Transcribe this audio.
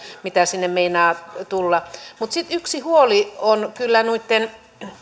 mitä sinne meinaa tulla mutta sitten yksi huoli on kyllä noitten